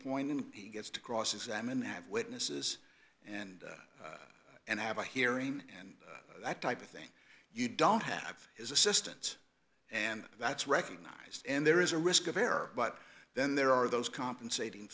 point and he gets to cross examine av witnesses and and have a hearing and that type of thing you don't have his assistant and that's recognized and there is a risk of error but then there are those compensating